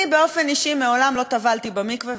באופן אישי מעולם לא טבלתי במקווה,